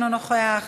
אינו נוכח,